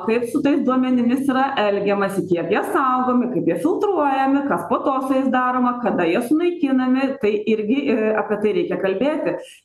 kaip su tais duomenimis yra elgiamasi kiek jie saugomi kaip jie filtruojami kas po to su jais daroma kada jie sunaikinami tai irgi ir apie tai reikia kalbėti